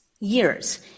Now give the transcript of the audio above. Years